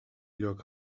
lloc